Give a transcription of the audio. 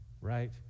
right